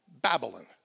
Babylon